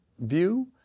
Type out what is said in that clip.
view